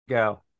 go